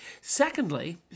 Secondly